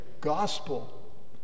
gospel